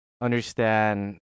understand